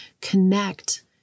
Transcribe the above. connect